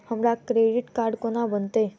हमरा credit card कोना बनतै?